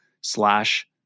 slash